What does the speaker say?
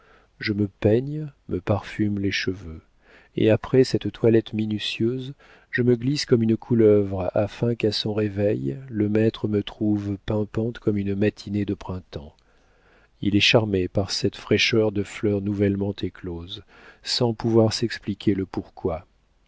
je me peigne me parfume les cheveux et après cette toilette minutieuse je me glisse comme une couleuvre afin qu'à son réveil le maître me trouve pimpante comme une matinée de printemps il est charmé par cette fraîcheur de fleur nouvellement éclose sans pouvoir s'expliquer le pourquoi